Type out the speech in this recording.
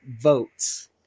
votes